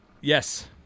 Yes